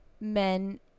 men